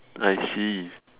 I see